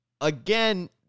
again